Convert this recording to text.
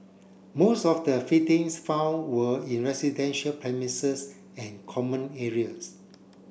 most of the found were in residential premises and common areas